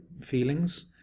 feelings